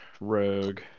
Rogue